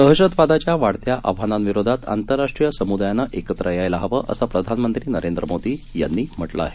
दहशतवादाच्या वाढत्या आव्हानांविरोधात आंतरराष्ट्रीय समुदायानं एकत्र यायला हवं असं प्रधानमंत्री नरेंद्र मोदी यांनी म्हटलं आहे